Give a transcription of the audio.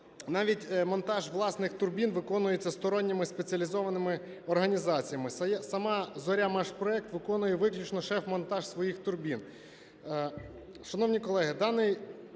Навіть монтаж власних турбін виконується сторонніми спеціалізованими організаціями. Сама "Зоря"-"Машпроект" виконує виключно шеф-монтаж своїх турбін.